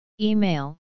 Email